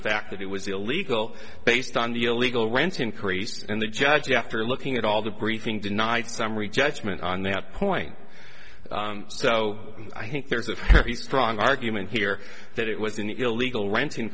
fact that it was illegal based on the illegal rent increase and the judge after looking at all the briefing denied summary judgment on that point so i think there's a very strong argument here that it was an illegal rent in